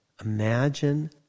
Imagine